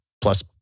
plus